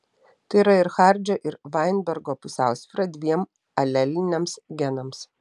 tai ir yra hardžio ir vainbergo pusiausvyra dviem aleliniams genams